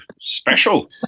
special